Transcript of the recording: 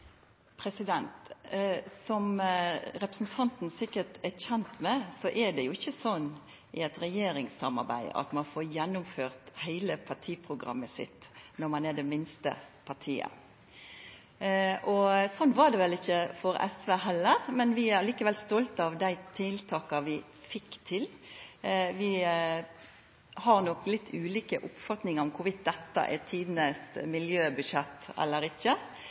Som representanten sikkert er kjend med, er det jo ikkje slik i eit regjeringssamarbeid at ein får gjennomført heile partiprogrammet sitt når ein er det minste partiet. Slik var det vel ikkje for SV heller, men vi er likevel stolte av dei tiltaka vi fekk til. Vi har nok litt ulike oppfatningar av om dette er tidenes miljøbudsjett eller ikkje,